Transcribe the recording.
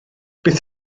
beth